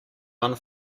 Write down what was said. one